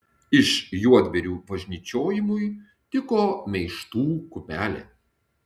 iš juodbėrių važnyčiojimui tiko meištų kumelė